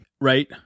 right